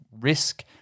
risk